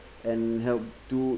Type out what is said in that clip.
and help to